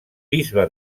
bisbe